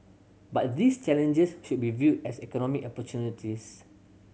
but these challenges should be viewed as economic opportunities